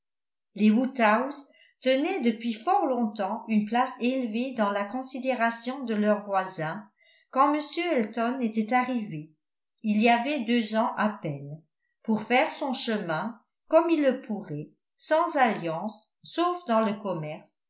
les woodhouse tenaient depuis fort longtemps une place élevée dans la considération de leurs voisins quand m elton était arrivé il y avait deux ans à peine pour faire son chemin comme il le pourrait sans alliances sauf dans le commerce